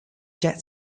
jet